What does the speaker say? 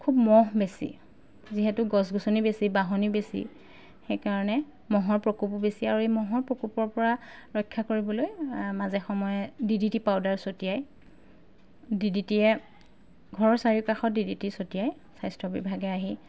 খুব মহ বেছি যিহেতু গছ গছনি বেছি বাঁহনি বেছি সেইকাৰণে মহৰ প্ৰকোপো বেছি আৰু এই মহৰ প্ৰকোপৰপৰা ৰক্ষা কৰিবলৈ মাজে সময়ে ডি ডি টি পাউদাৰ চটিয়াই ডি ডি টিয়ে ঘৰৰ চাৰিওকাষত ডি ডি টি চটিয়াই স্বাস্থ্যবিভাগে আহি